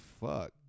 fuck